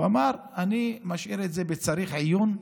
הוא אמר: אני משאיר את זה בצריך עיון,